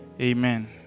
Amen